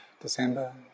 December